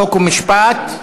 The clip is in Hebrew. חוק ומשפט.